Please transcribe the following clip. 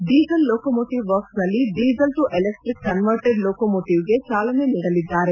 diesel locomotive ವರ್ಕ್ಸ್ನಲ್ಲಿ diesel to electric converted ಲೋಕೊಮೋಟವ್ಗೆ ಚಾಲನೆ ನೀಡಲಿದ್ದಾರೆ